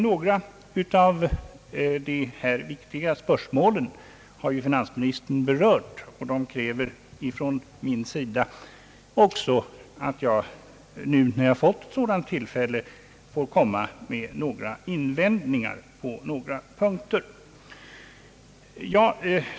Några av dessa viktiga spörsmål har finansministern berört, och de kräver från min sida också att jag nu, när jag fått ett sådant tillfälle, kommer med invändningar på några punkter.